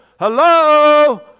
Hello